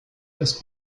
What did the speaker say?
das